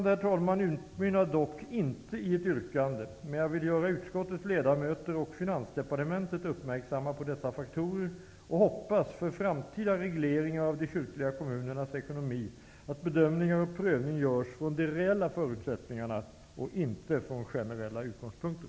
Mitt anförande utmynnar inte i ett yrkande, men jag vill göra utskottets ledamöter och Finansdepartementet uppmärksamma på dessa faktorer och hoppas för framtida regleringar av de kyrkliga kommunernas ekonomi att bedömning och prövning görs från de reella förutsättningarna och inte från generella utgångspunkter.